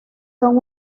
son